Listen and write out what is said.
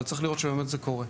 אבל צריך לראות שבאמת זה קורה.